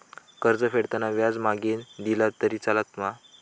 कर्ज फेडताना व्याज मगेन दिला तरी चलात मा?